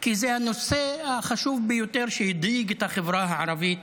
כי זה הנושא החשוב ביותר שהדאיג את החברה הערבית